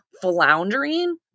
floundering